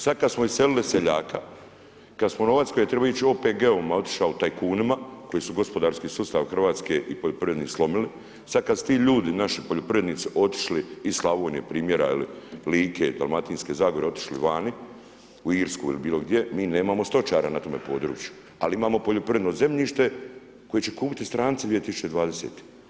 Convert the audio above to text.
Sada kada smo iselili seljaka, kada smo novac koji je trebao otići OPG-ovima, otišao tajkunima koji su gospodarski sustav Hrvatske i poljoprivrede slomili, sada kada su ti naši ljudi poljoprivrednici otišli iz Slavonije primjera, Like, Dalmatinske zagore otišli vani u Irsku ili bilo gdje, mi nemamo stočara na tome području, ali imamo poljoprivredno zemljište koje će kupiti stranci 2020.